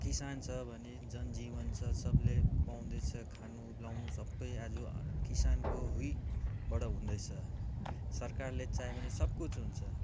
किसान छ भने जनजीवन छ सबले पाउँदैछ खानु लाउनु सबै आज किसानको हुइबाट हुँदैछ सरकारले चाह्यो भने सब कुछ हुन्छ